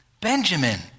Benjamin